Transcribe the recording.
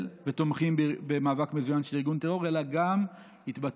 ותומכים במאבק מזוין של ארגון טרור אלא גם התבטאויות.